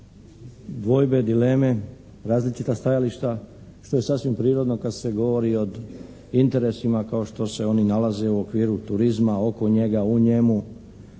dvojbe, dileme, različita stajališta što je sasvim prirodni kad se govori o interesima kao što se oni nalaze u okviru turizma, oko njega, u njemu